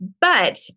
But-